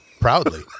Proudly